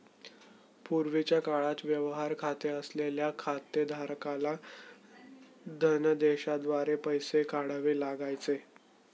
पूर्वीच्या काळात व्यवहार खाते असलेल्या खातेधारकाला धनदेशाद्वारे पैसे काढावे लागायचे